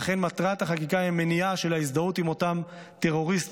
ולכן מטרת החקיקה היא מניעה של ההזדהות עם אותם טרוריסטים,